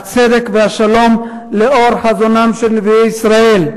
הצדק והשלום לאור חזונם של נביאי ישראל,